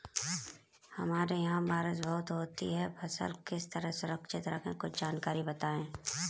हमारे यहाँ बारिश बहुत होती है फसल किस तरह सुरक्षित रहे कुछ जानकारी बताएं?